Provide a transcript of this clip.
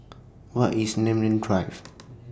Where IS Namly Drive